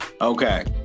Okay